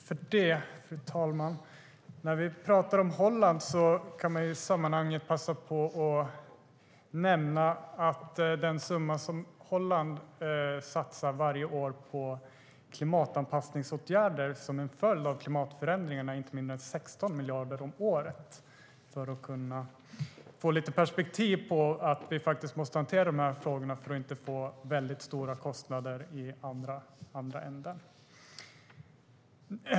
Fru talman! Apropå Holland kan jag passa på att nämna att den summa som Holland varje år satsar på klimatanpassningsåtgärder till följd av klimatförändringarna är inte mindre än 16 miljarder. Det ger lite perspektiv på att vi måste hantera dessa frågor för att inte få väldigt stora kostnader i andra änden.